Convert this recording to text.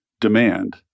demand